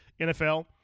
NFL